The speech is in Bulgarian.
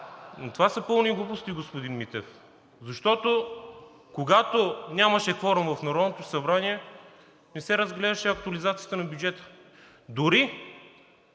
Това са пълни глупости, господин Митев, защото, когато нямаше кворум в Народното събрание, не се разглеждаше актуализацията на бюджета.